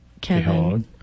Kevin